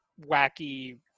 wacky